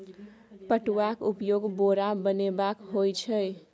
पटुआक उपयोग बोरा बनेबामे होए छै